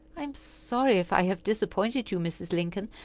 i am sorry if i have disappointed you, mrs. lincoln,